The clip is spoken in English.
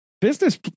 business